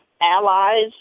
allies